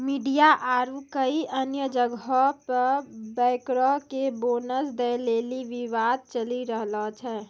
media आरु कई अन्य जगहो पे बैंकरो के बोनस दै लेली विवाद चलि रहलो छै